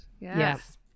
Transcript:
yes